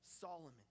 Solomon